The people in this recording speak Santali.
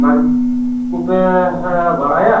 ᱱᱚᱣᱟᱠᱚᱯᱮ ᱵᱟᱲᱟᱭᱟ